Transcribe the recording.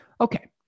Okay